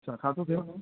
अच्छा छा थि थियुव